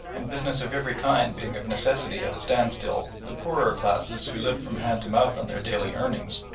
and business of every kind being of necessity at a standstill, the poorer classes, who lived from hand to mouth on their daily earnings,